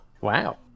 Wow